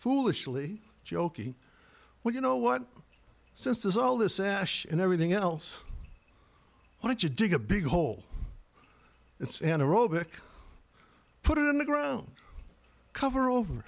foolishly joking well you know what since there's all this ash and everything else why did you dig a big hole it's an aerobic put in the ground cover